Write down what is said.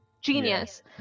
genius